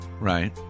right